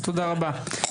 תודה רבה.